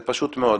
זה פשוט מאוד.